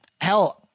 Hell